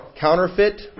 counterfeit